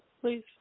please